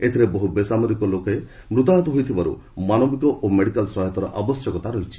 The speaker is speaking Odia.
ଏଥିରେ ବହୁ ବେସାମରିକ ଲୋକ ମୃତାହତ ହୋଇଥିବାରୁ ମାନବିକ ଓ ମେଡିକାଲ ସହାୟତାର ଆବଶ୍ୟକତା ରହିଛି